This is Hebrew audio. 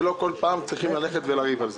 ולא כל פעם צריכים ללכת ולריב על זה?